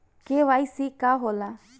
KYC का होला?